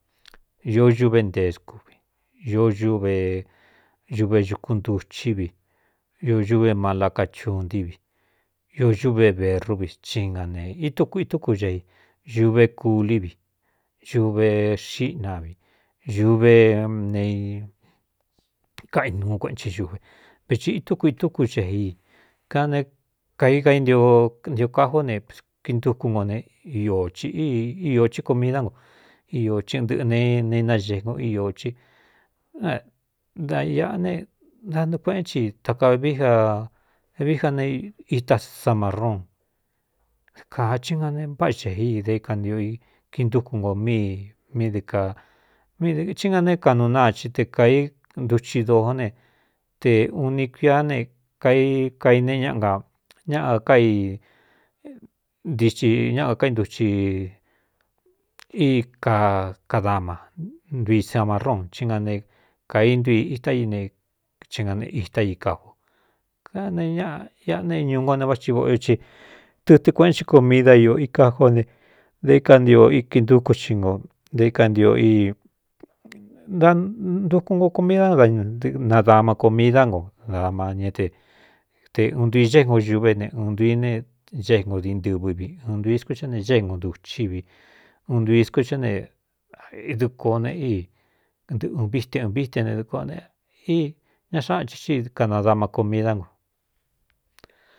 Ioó ñuvé ntescu vi ño ñuve ñuve ñukuntucí vi o ñuve malacachun ntívi i ñuve berúvi tí na ne ituku itúku ña i uve kulí vi ñuve xiꞌnavi ñuvé ne kainūu kueꞌenchɨ xuve veti itúku itúkú cee i ka ne kai kaínio ntio kajó nekiintukun nko ne i i íō ci komidá no í iɨndɨꞌɨ ne ne inaxengo íō cída iꞌa ne dantuɨ kueꞌén ci ta kavií avií ja ne itá samarun kāa chí na ne váꞌa chee i daí kantio i kiintúkun nko míi míi dɨ ā mdɨhí nga ne kanuu náa ci te kāi nduchi dōó ne te un ni kuiá ne kai kaine ñaꞌ a ñáꞌa kantiti ñáꞌaa kainduchi i kacadama ntui samarun í na ne kaintui itá ine í nae itá i kajo ka ne ñaꞌ aꞌa ne éñūu ngo ne váꞌ ti voꞌo io ci tɨtɨ kueꞌen chí komida iō ikajió ne da íkantio i kindúkun ci no aíkanio dantukun nko komidá daɨɨnadama comidá nko damanñé de te un ntui gén o ñuvé ne ūɨn ntui ne géngo diin ntɨvɨ vi ɨɨn tui sku chá ne ñéngu ntuchí vi un ntui skú chá ne idukoo nee i nɨɨɨviíte vííte ne dɨkoꞌo ne í ña xáꞌnchi xíi kanadama comidá nko.